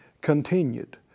continued